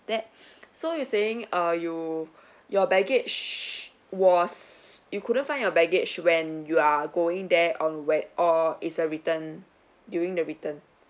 that so you're saying err you your baggage was you couldn't find your baggage when you are going there on whe~ or it's a return during the return